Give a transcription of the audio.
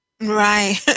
right